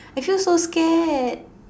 I feel so scared